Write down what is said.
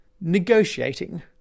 negotiating